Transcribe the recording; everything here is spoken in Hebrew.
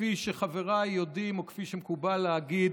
כפי שחבריי יודעים וכפי שמקובל להגיד,